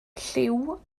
lliw